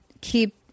keep